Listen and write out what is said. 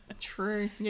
True